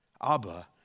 Abba